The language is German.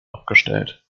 abgestellt